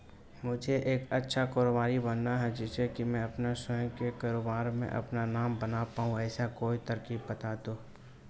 मुझे एक अच्छा कारोबारी बनना है जिससे कि मैं अपना स्वयं के कारोबार में अपना नाम बना पाऊं ऐसी कोई तरकीब पता दो?